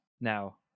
now